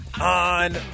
on